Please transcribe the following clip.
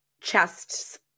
chests